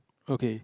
okay